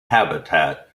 habitat